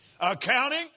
Accounting